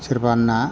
सोरबा ना